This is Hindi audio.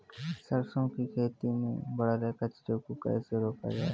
सरसों की खेती में बढ़ रहे कचरे को कैसे रोका जाए?